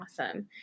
Awesome